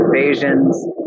invasions